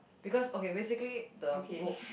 because okay basically the book